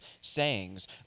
sayings